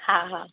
हा हा